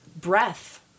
breath